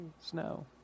snow